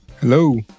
Hello